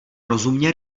rozumně